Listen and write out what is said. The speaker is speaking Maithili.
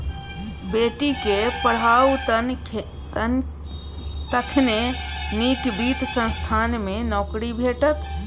बेटीक पढ़ाउ तखने नीक वित्त संस्थान मे नौकरी भेटत